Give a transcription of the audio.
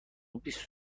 بیست